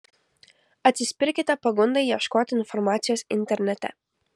atsispirkite pagundai ieškoti informacijos internete